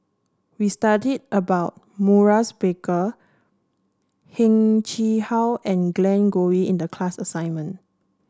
we studied about Maurice Baker Heng Chee How and Glen Goei in the class assignment